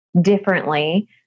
differently